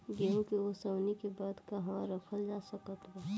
गेहूँ के ओसाई के बाद कहवा रखल जा सकत बा?